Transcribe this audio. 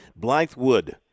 Blythewood